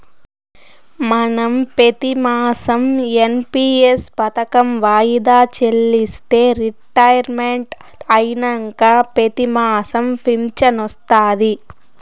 మనం పెతిమాసం ఎన్.పి.ఎస్ పదకం వాయిదా చెల్లిస్తే రిటైర్మెంట్ అయినంక పెతిమాసం ఫించనొస్తాది